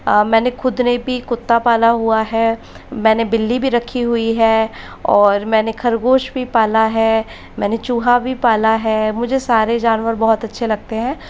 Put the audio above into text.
मैंने खुद ने भी कुत्ता पाला हुआ है मैंने बिल्ली भी रखी हुई है और मैंने खरगोश भी पाला है मैंने चूहा भी पाला है मुझे सारे जानवर बहुत अच्छे लगते हैं